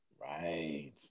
Right